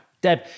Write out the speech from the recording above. Deb